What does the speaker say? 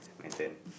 my turn